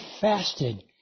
fasted